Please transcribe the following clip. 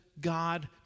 God